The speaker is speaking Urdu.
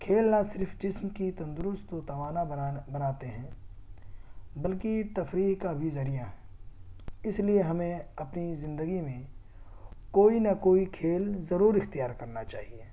کھیل نا صرف جسم کی تندرست و توانا بنانا بناتے ہیں بلکہ تفریح کا بھی ذریعہ ہے اس لیے ہمیں اپنی زندگی میں کوئی نہ کوئی کھیل ضرور اختیار کرنا چاہیے